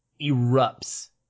erupts